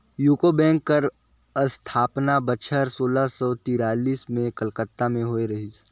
UCO bank कर असथापना बछर सोला सव तिरालिस में कलकत्ता में होए रहिस